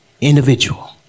individual